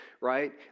right